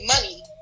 money